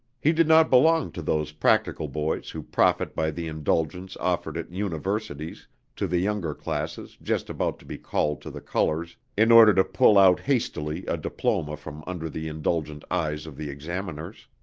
he did not belong to those practical boys who profit by the indulgence offered at universities to the younger classes just about to be called to the colors in order to pull out hastily a diploma from under the indulgent eyes of the examiners.